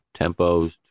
tempos